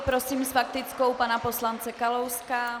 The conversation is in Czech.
Prosím s faktickou pana poslance Kalouska.